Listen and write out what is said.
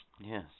Yes